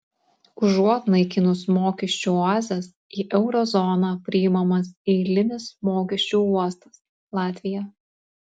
užuot naikinus mokesčių oazes į euro zoną priimamas eilinis mokesčių uostas latvija